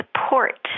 support